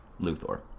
luthor